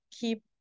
keep